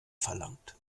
verlangt